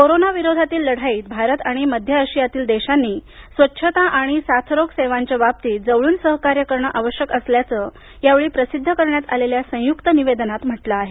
corona विरोधातील लढाईत भारत आणि मध्य आशियातील देशांनी स्वच्छता आणि साथरोग सेवांच्या बाबतीत जवळून सहकार्य करणं आवश्यक असल्याचं यावेळी प्रसिद्ध करण्यात आलेल्या संयुक्त निवेदनात म्हटलं आहे